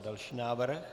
Další návrh.